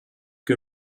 que